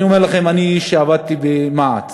אני אומר לכם, אני שעבדתי במע"צ